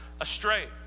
astray